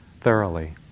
thoroughly